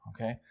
okay